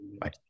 Bye